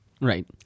right